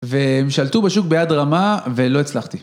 והם שלטו בשוק ביד רמה, ולא הצלחתי.